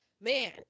Man